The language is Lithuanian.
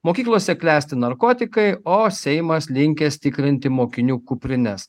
mokyklose klesti narkotikai o seimas linkęs tikrinti mokinių kuprines